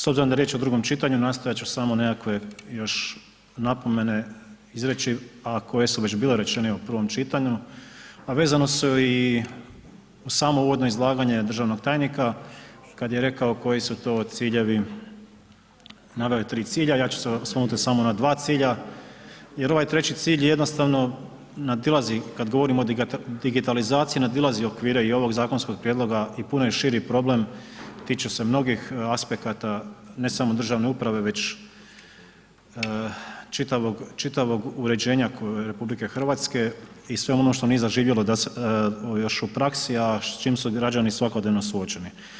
S obzirom da je riječ o drugom čitanju, nastojat ću samo nekakve još napomene izreći a koje su već bile rečene u prvom čitanju, a vezano su i uz samo uvodno izlaganje državnog tajnika kad je rekao koji su to ciljevi, naveo je tri cilja, ja ću se osvrnuti samo na dva cilja jer ovaj treći cilj jednostavno nadilazi kad govorimo o digitalizaciji, nadilazi okvire i ovog zakonskog prijedloga i puno je širi problem, tiče se mnogih aspekata ne samo državne uprave već čitavog uređenja RH i sve ono što nije zaživjelo da još u praksi a s čim su građani svakodnevno suočeni.